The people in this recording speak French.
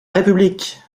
république